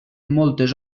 moltes